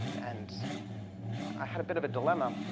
and i had a bit of a dilemma,